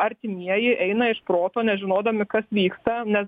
artimieji eina iš proto nežinodami kas vyksta nes